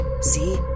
See